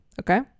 Okay